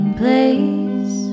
place